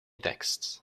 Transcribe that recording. texts